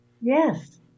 Yes